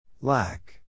Lack